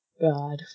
God